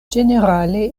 ĝenerale